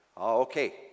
Okay